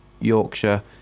Yorkshire